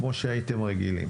כמו שהייתם רגילים